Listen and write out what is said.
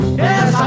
yes